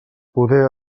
poder